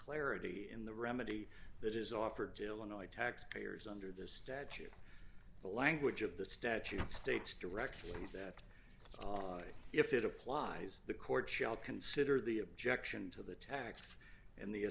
clarity in the remedy that is offered to illinois taxpayers under this statute the language of the statute states directly that if it applies the court shell consider the objection to the text in the